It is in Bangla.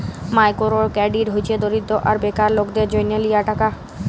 মাইকোরো কেরডিট হছে দরিদ্য আর বেকার লকদের জ্যনহ লিয়া টাকা